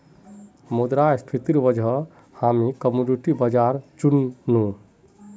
मुद्रास्फीतिर वजह हामी कमोडिटी बाजारल चुन नु